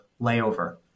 layover